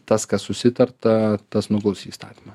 tik tas kas susitarta tas nuguls į įstatymą